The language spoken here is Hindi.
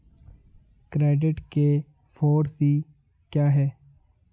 क्रेडिट के फॉर सी क्या हैं?